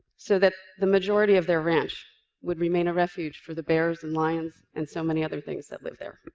so that the majority of their ranch would remain a refuge for the bears and lions and so many other things that lived there.